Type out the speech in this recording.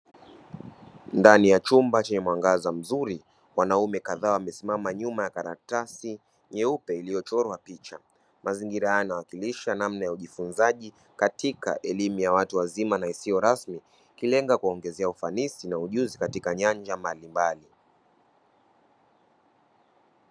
Ndani ya chumba chenye mwangaza mzuri, wanaume kadhaa wamesimama nyuma ya karatasi nyeupe iliyochorwa picha; mazingira haya yanawakilisha namna ya ujifunzaji katika elimu ya watu wazima isiyo rasmi, ikilenga kuongeza ufanisi na ujuzi katika nyanja mbalimbali.